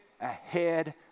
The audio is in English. ahead